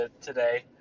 today